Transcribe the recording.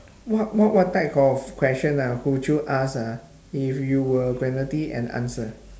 what what what type of question ah would you ask ah if you were guaranteed an answer